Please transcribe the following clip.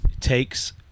takes